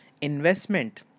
Investment